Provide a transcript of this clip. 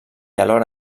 alhora